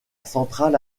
centrale